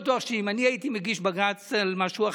אני לא בטוח שאם אני הייתי מגיש בג"ץ על משהו,